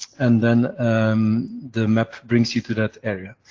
and then the map brings you to that area.